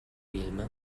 vilma